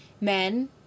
Men